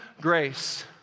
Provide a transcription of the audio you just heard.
grace